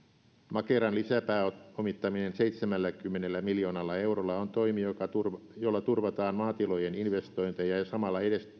makeran lisäpääomittaminen seitsemälläkymmenellä miljoonalla eurolla on toimi jolla turvataan maatilojen investointeja ja samalla